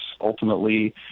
ultimately